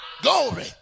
glory